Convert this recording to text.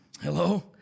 Hello